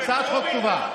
הצעת החוק טובה.